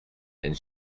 and